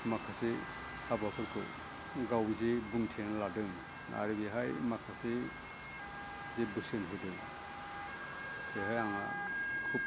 माखासे हाबाफोरखौ गाव जे बुंथिना लादों आरो बेहाय माखासे जे बोसोन होदों बेहाय आंहा खुब